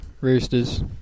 Roosters